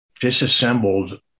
disassembled